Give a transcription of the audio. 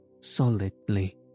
solidly